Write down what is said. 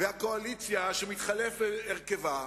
והקואליציה, שמתחלף הרכבה,